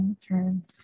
turn